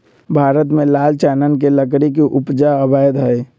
भारत में लाल चानन के लकड़ी के उपजा अवैध हइ